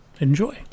enjoy